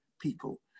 people